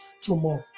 tomorrow